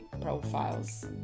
profiles